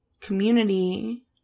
community